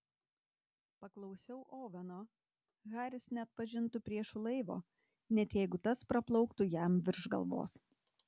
paklausiau oveno haris neatpažintų priešo laivo net jeigu tas praplauktų jam virš galvos